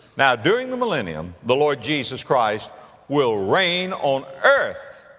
now during the millennium, the lord jesus christ will reign on earth,